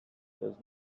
does